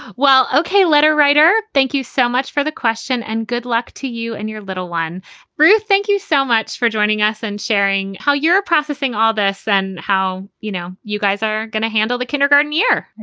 well, ok, letter writer, thank you so much for the question and good luck to you and your little one room. thank you so much for joining us and sharing how you're processing all this and how, you know, you guys are going to handle the kindergarten year.